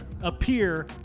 appear